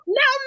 no